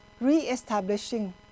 re-establishing